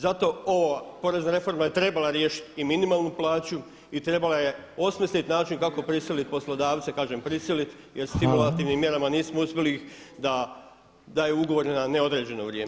Zato ova porezna reforma je trebala riješiti i minimalnu plaću i trebala je osmisliti način kako prisilit poslodavce, kažem prisilit jer stimulativnim mjerama nismo uspjeli da je ugovor na neodređeno vrijeme.